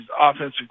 offensive